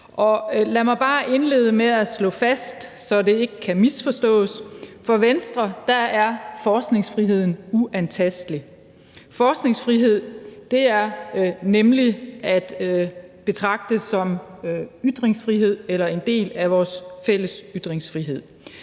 Lad mig bare indlede med at slå fast, så det ikke kan misforstås: For Venstre er forskningsfriheden uantastelig. Forskningsfrihed er nemlig at betragte som ytringsfrihed eller en del af vores fælles ytringsfrihed.